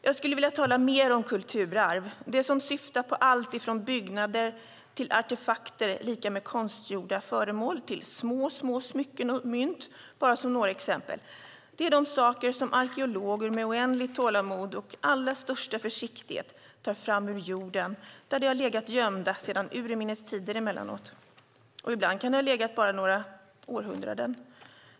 Jag skulle vilja tala mer om kulturarv, det som syftar på allt ifrån byggnader till artefakter, lika med konstgjorda föremål, till små smycken och mynt, bara som några exempel. Det är de saker som arkeologer med oändligt tålamod och allra största försiktighet tar fram ur jorden där de har legat gömda sedan urminnes tider emellanåt. Ibland kan de ha legat bara några århundraden.